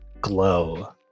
glow